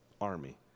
army